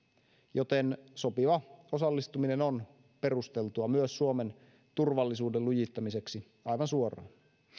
joten sopiva osallistuminen on perusteltua myös suomen turvallisuuden lujittamiseksi aivan suoraan